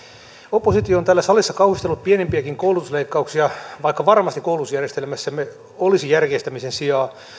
oppositio on täällä salissa kauhistellut pienimpiäkin koulutusleikkauksia vaikka varmasti koulutusjärjestelmässämme olisi järkeistämisen sijaa